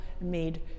made